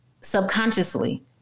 subconsciously